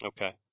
Okay